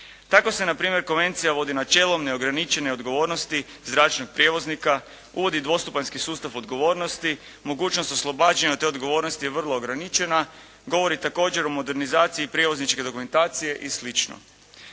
Tako se na primjer konvencija vodi načelom neograničene odgovornosti zračnog prijevoznika, uvodi dvostupanjski sustav odgovornosti, mogućnost oslobađanja od te odgovornosti je vrlo ograničenja. Govori također o modernizaciji prijevozničke dokumentacije i